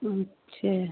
अच्छा